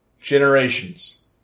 Generations